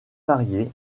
variées